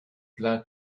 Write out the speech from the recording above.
plan